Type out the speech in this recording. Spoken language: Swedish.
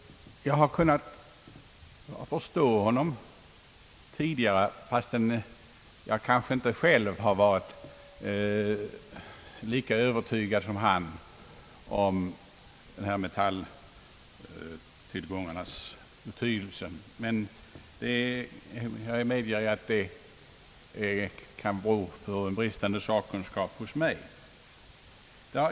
Jag har kunnat förstå honom tidigare, även om jag inte själv varit lika övertygad som han om metalltillgångarnas betydelse. Jag medger att det kan bero på bristande sakkunskap hos mig.